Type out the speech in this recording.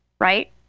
right